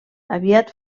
aviat